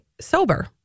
sober